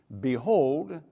Behold